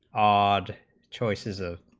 odd choices of